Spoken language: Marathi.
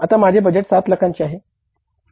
आता माझे बजेट 7 लाखांचे आहे